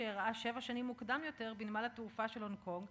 שאירעה שבע שנים מוקדם יותר בנמל התעופה של הונג-קונג,